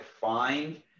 find